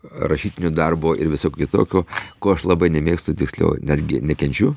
rašytinio darbo ir visokio kitokio ko aš labai nemėgstu tiksliau netgi nekenčiu